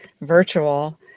virtual